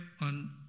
on